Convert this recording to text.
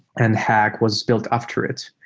and hack was built after it.